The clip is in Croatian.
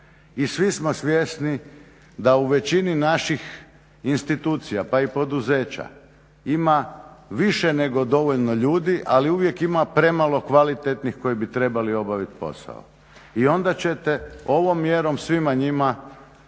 I svi smo svjesni da u većini naših institucija pa i poduzeća ima više nego dovoljno ljudi ali uvijek ima premalo kvalitetnih koji bi trebali obaviti posao. I onda ćete ovom mjerom svima njima